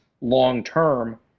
long-term